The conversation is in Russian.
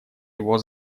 его